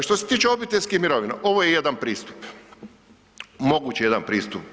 Što se tiče obiteljskih mirovina, ovo je jedan pristup, mogući jedan pristup.